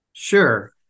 Sure